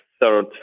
third